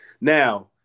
Now